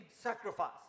sacrifice